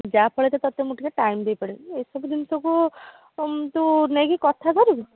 ଯାହା ଫଳରେ ତୋତେ ମୁଁ ଟିକେ ଟାଇମ୍ ଦେଇ ପାରିଲିନି ଏ ସବୁ ଜିନିଷକୁ ତୁ ନେଇକି କଥା ଧରିବୁ